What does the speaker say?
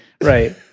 right